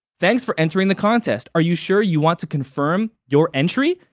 thanks for entering the contest. are you sure you want to confirm your entry?